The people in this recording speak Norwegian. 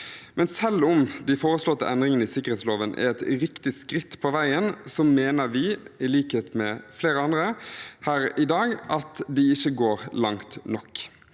Men selv om de foreslåtte endringene i sikkerhetsloven er et riktig skritt på veien, mener vi, i likhet med flere andre her i dag, at de ikke går langt nok.